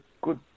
good